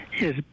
Yes